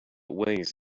ways